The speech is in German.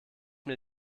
mir